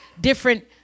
different